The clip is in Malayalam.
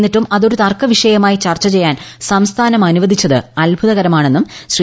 എന്നിട്ടും അതൊരു തർക്കവിഷയമായി ചർച്ച ചെയ്യാൻ സംസ്ഥാനം അനുവദിച്ചത് അത്ഭുതകരമാണെന്നും ശ്രീ